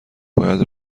باید